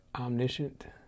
omniscient